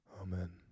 amen